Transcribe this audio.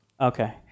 Okay